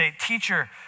teacher